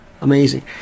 amazing